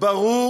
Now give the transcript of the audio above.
ברור